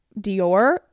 Dior